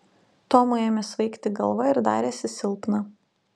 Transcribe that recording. tomui ėmė svaigti galva ir darėsi silpna